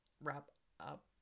wrap-up